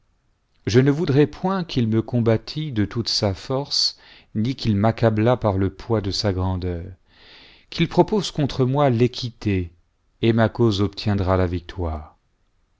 je ne voudrais point qu'il me combattît de toute sa force ni qu'il m'accablât par le poids de sa grandeur qu'il propose contre moi l'équité et ma cause obtiendra la victoire